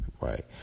right